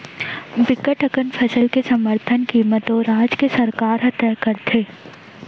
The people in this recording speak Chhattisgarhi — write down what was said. बिकट अकन फसल के समरथन कीमत ओ राज के सरकार ह तय करथे